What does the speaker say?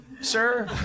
sir